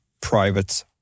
private